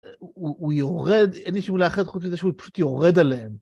הוא יורד, אין לי שום מילה אחרת חוץ מזה שהוא פשוט יורד עליהם.